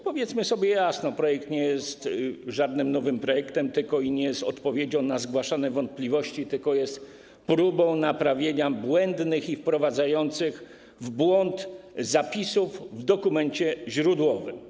Powiedzmy sobie jasno: projekt nie jest żadnym nowym projektem i nie jest odpowiedzią na zgłaszane wątpliwości, tylko jest próbą naprawienia błędnych i wprowadzających w błąd zapisów w dokumencie źródłowym.